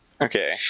Okay